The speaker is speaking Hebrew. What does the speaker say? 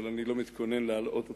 אני לא מתכוון להלאות אתכם.